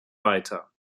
weiter